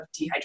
dehydration